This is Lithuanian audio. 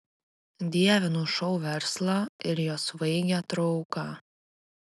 dievinu šou verslą ir jo svaigią trauką